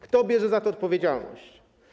Kto bierze za to odpowiedzialność?